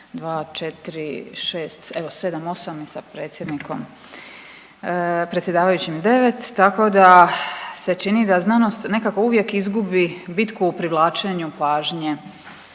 sa predsjednikom, predsjedavajućim 9, tako da se čini da znanost nekako uvijek izgubi bitku u privlačenju pažnje,